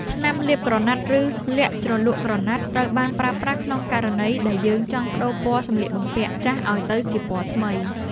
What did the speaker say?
ថ្នាំលាបក្រណាត់ ឬលក្ខណ៍ជ្រលក់ក្រណាត់ ត្រូវបានប្រើប្រាស់ក្នុងករណីដែលយើងចង់ប្ដូរពណ៌សម្លៀកបំពាក់ចាស់ឱ្យទៅជាពណ័ថ្មី។